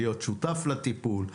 להיות שותף לטיפול,